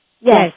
Yes